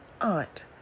aunt